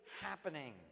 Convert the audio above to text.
happening